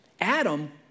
Adam